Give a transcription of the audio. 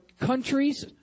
countries